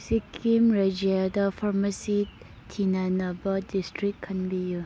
ꯁꯤꯛꯀꯤꯝ ꯔꯥꯖ꯭ꯌꯥꯗ ꯐꯥꯔꯃꯥꯁꯤ ꯊꯤꯅꯅꯕ ꯗꯤꯁꯇ꯭ꯔꯤꯛ ꯈꯟꯕꯤꯌꯨ